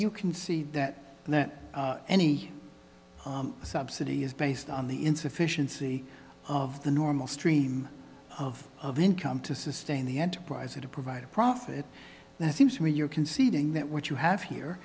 you can see that and that any subsidy is based on the insufficiency of the normal stream of income to sustain the enterprise or to provide a profit that seems to me you're conceding that what you have here